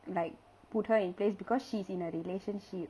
like put her in place because she's in a relationship